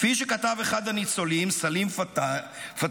כפי שכתב אחד הניצולים, סלים פתאל: